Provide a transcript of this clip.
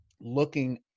looking